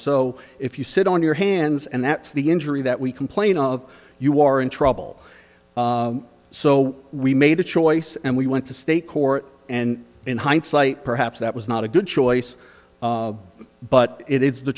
so if you sit on your hans and that's the injury that we complain of you are in trouble so we made a choice and we went to state court and in hindsight perhaps that was not a good choice but it is the